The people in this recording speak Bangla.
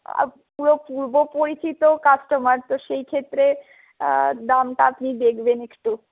পুরো পূর্বপরিচিত কাস্টমার তো সেইক্ষেত্রে দামটা আপনি দেখবেন একটু